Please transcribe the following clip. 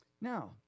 Now